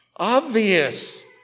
Obvious